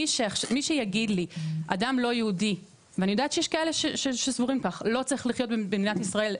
מי שיגיד לי אדם לא יהודי לא צריך לחיות במדינת ישראל,